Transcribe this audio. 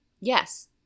Yes